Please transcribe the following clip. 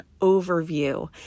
overview